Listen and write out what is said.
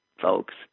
folks